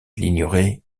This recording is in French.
l’ignorer